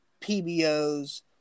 PBOs